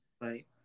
Right